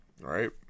right